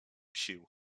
sił